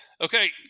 Okay